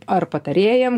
ar patarėjam